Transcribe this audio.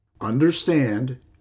Understand